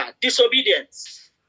disobedience